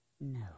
No